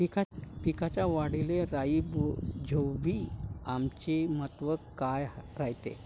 पिकाच्या वाढीले राईझोबीआमचे महत्व काय रायते?